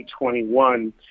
2021